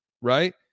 right